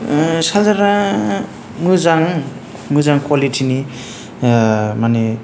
सार्जारा मोजां मोजां कुवालिटिनि माने